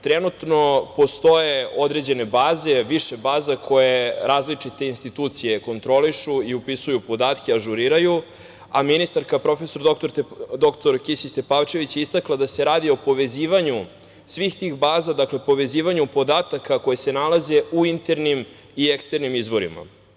Trenutno postoje određene baze, više baza koje različite institucije kontrolišu i upisuju podatke, ažuriraju, a ministarka prof. dr Kisić Tepavčević je istakla da se radi o povezivanju svih tih baza, dakle povezivanju podataka koji se nalaze u internim i eksternim izvorima.